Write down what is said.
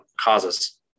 causes